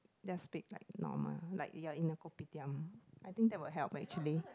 just speak like normal like you're in a kopitiam I think that will help actually